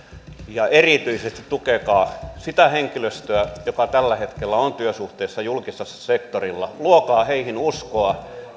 ja erityisesti tukekaa sitä henkilöstöä joka tällä hetkellä on työsuhteessa julkisella sektorilla luokaa heihin uskoa